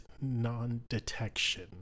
non-detection